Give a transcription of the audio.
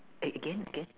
again again